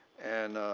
and